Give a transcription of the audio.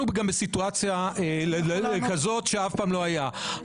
אנחנו בסיטואציה כזאת שאף פעם לא היה.